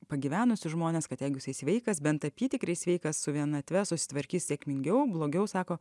pagyvenusius žmones kad jeigu jisai sveikas bent apytikriai sveikas su vienatve susitvarkys sėkmingiau blogiau sako